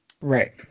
right